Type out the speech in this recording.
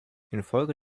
infolge